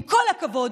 עם כל הכבוד,